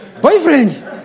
boyfriend